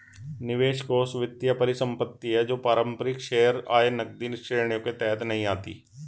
निवेश कोष वित्तीय परिसंपत्ति है जो पारंपरिक शेयर, आय, नकदी श्रेणियों के तहत नहीं आती